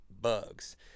bugs